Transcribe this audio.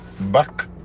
back